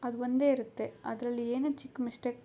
ಅದು ಒಂದೇ ಇರುತ್ತೆ ಅದರಲ್ಲಿ ಏನೇ ಚಿಕ್ಕ ಮಿಸ್ಟೇಕ್